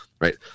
right